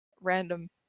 random